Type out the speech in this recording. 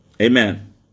Amen